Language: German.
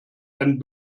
ein